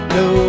no